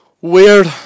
Weird